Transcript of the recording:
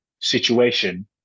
situation